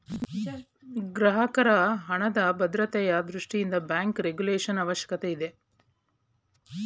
ಗ್ರಾಹಕರ ಹಣದ ಭದ್ರತೆಯ ದೃಷ್ಟಿಯಿಂದ ಬ್ಯಾಂಕ್ ರೆಗುಲೇಶನ್ ಅವಶ್ಯಕತೆ ಇದೆ